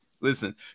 listen